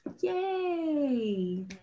Yay